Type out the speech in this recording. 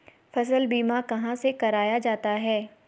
फसल बीमा कहाँ से कराया जाता है?